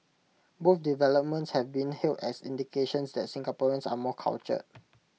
both developments have been hailed as indications that Singaporeans are more cultured